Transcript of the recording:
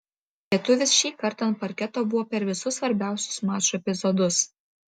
lietuvis šį kartą ant parketo buvo per visus svarbiausius mačo epizodus